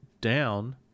down